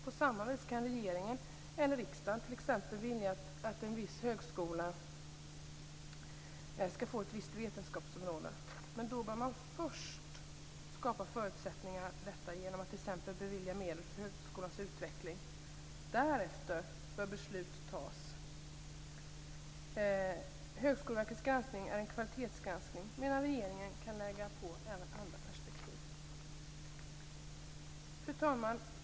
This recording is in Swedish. På samma vis kan regeringen eller riksdagen t.ex. vilja att en viss högskola skall få ett visst vetenskapsområde, men då bör man först skapa förutsättningar för detta genom att t.ex. bevilja medel för högskolans utveckling. Därefter bör beslut fattas. Högskoleverkets granskning är en kvalitetsgranskning, medan regeringen kan lägga på även andra perspektiv. Fru talman!